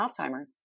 Alzheimer's